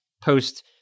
post